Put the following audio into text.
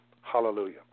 Hallelujah